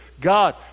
God